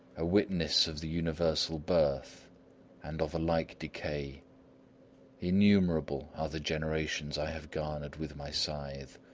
a witness of the universal birth and of a like decay innumerable are the generations i have garnered with my scythe.